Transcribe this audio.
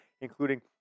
including